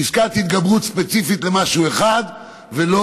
פסקת התגברות ספציפית למשהו אחד ולא